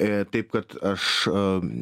ė taip kad aš am